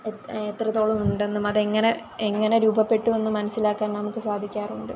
A എത്രത്തോളം ഉണ്ടെന്നും അതെങ്ങനെ എങ്ങനെ രൂപപ്പെട്ടു എന്ന് മനസ്സിലാക്കാൻ നമുക്ക് സാധിക്കാറുണ്ട്